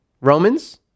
Romans